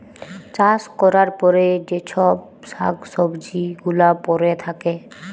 চাষ ক্যরার পরে যে চ্ছব শাক সবজি গুলা পরে থাক্যে